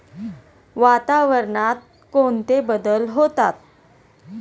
वातावरणात कोणते बदल होतात?